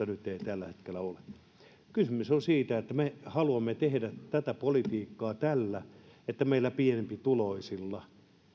nyt tällä hetkellä ole kysymys on siitä että me haluamme tehdä tätä politiikkaa tällä että meidän pienempituloisille